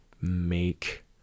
make